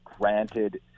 Granted